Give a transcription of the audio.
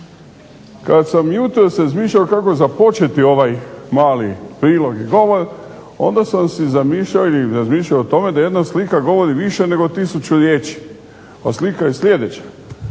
Kada sam jutros razmišljao kako započeti ovaj mali prigodni govor, onda sam si zamišljao ili razmišljao o tome da jedna slika govori više nego tisuću riječi. A slika je sljedeća,